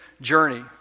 journey